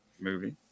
movie